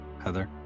Heather